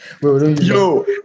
Yo